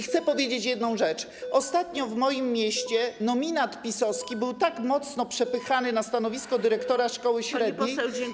Chcę powiedzieć jedną rzecz: ostatnio w moim mieście nominat PiS-owski był tak mocno przepychany na stanowisko dyrektora szkoły średniej.